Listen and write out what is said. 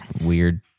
weird